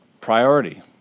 Priority